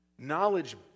Knowledge